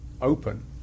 open